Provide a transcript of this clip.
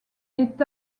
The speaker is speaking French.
est